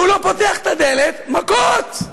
ההוא לא פותח את הדלת, מכות.